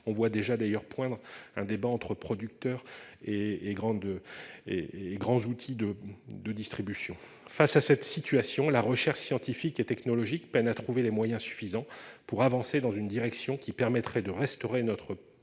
on voit déjà d'ailleurs poindre un débat entre producteurs et grande et et grands outils de de distribution face à cette situation, la recherche scientifique et technologique, peinent à trouver les moyens suffisants pour avancer dans une direction qui permettrait de restaurer notre puissance